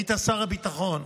היית שר הביטחון,